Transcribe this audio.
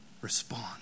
respond